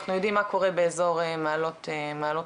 אנחנו יודעים מה קורה באזור מעלות תרשיחא,